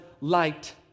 light